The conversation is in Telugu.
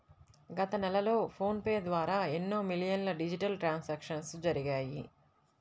గత నెలలో ఫోన్ పే ద్వారా ఎన్నో మిలియన్ల డిజిటల్ ట్రాన్సాక్షన్స్ జరిగాయి